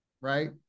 right